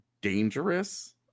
dangerous